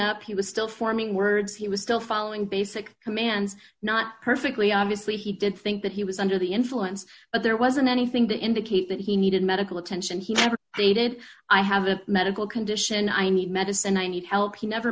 up he was still forming words he was still following basic commands not perfectly obviously he did think that he was under the influence but there wasn't anything to indicate that he needed medical attention he never needed i have a medical condition i need medicine i need help he never